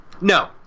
No